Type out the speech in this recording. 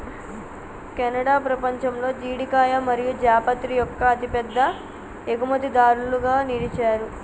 Canada పపంచంలో జీడికాయ మరియు జాపత్రి యొక్క అతిపెద్ద ఎగుమతిదారులుగా నిలిచారు